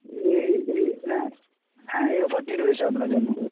এই এই হ্যাঁ হ্যাঁ এই অফারটি রয়েছে আপনার জন্য